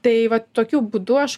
tai vat tokiu būdu aš